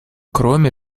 кроме